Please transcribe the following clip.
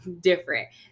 different